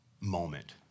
moment